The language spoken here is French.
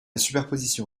superposition